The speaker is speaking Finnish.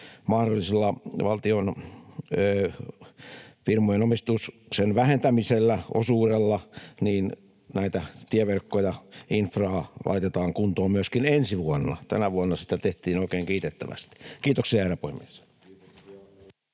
mahdollisilla valtionfirmojen omistuksen vähentämisellä, osuudella, näitä tieverkkoja, infraa, laitetaan kuntoon myöskin ensi vuonna. Tänä vuonna sitä tehtiin oikein kiitettävästi. — Kiitoksia, herra puhemies.